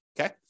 Okay